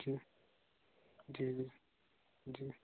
जी जी जी जी